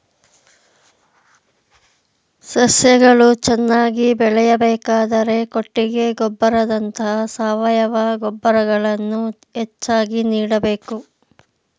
ಸಸ್ಯಗಳು ಚೆನ್ನಾಗಿ ಬೆಳೆಯಬೇಕಾದರೆ ಕೊಟ್ಟಿಗೆ ಗೊಬ್ಬರದಂತ ಸಾವಯವ ಗೊಬ್ಬರಗಳನ್ನು ಹೆಚ್ಚಾಗಿ ನೀಡಬೇಕು